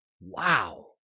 Wow